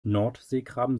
nordseekrabben